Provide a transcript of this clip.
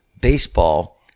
baseball